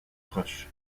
proches